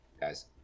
guys